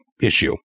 issue